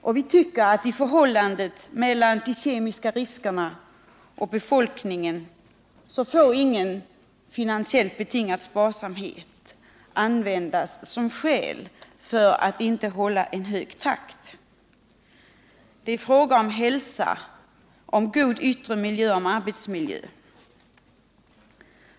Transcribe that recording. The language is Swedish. När det gäller förhållandet mellan de kemiska riskerna och befolkningen får ingen finansiellt betingad sparsamhet användas som skäl för att inte hålla en hög takt. Det är fråga om hälsa, god yttre miljö och arbetsmiljö.